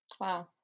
Wow